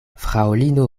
fraŭlino